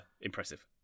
impressive